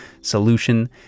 solution